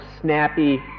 snappy